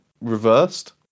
reversed